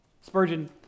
Spurgeon